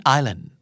Island